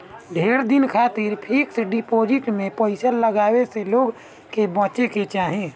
ढेर दिन खातिर फिक्स डिपाजिट में पईसा लगावे से लोग के बचे के चाही